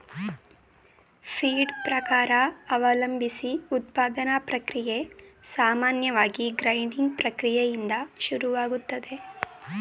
feed ಪ್ರಕಾರ ಅವಲಂಬ್ಸಿ ಉತ್ಪಾದನಾ ಪ್ರಕ್ರಿಯೆ ಸಾಮಾನ್ಯವಾಗಿ ಗ್ರೈಂಡಿಂಗ್ ಪ್ರಕ್ರಿಯೆಯಿಂದ ಶುರುವಾಗ್ತದೆ